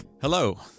Hello